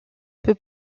peu